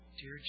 Dear